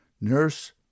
nurse